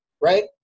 right